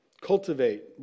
cultivate